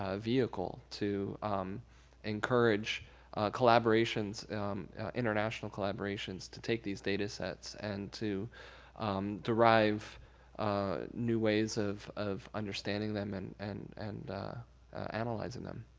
ah vehicle to encourage collaborations international collaborations to take these datasets and to derive new ways of of understanding them and and and analyzing them.